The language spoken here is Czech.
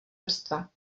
vrstva